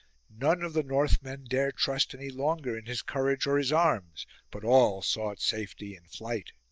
none of the northmen dare trust any longer in his courage or his arms but all sought safety in flight.